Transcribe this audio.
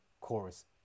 chorus